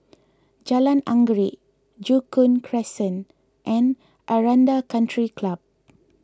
Jalan Anggerek Joo Koon Crescent and Aranda Country Club